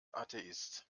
atheist